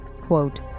quote